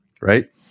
right